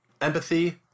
empathy